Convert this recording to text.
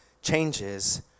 changes